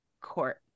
court